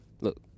Look